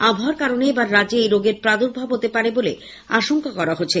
আবহাওয়ার কারণে এবার রাজ্যে এই রোগের প্রাদুর্ভাব হতে পারে বলে আশঙ্কা করা হচ্ছে